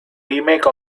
remake